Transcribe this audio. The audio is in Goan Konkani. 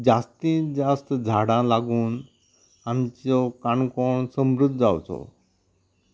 जास्ती जास्त झाडां लागून आमचो काणकोण समृद्ध जावचो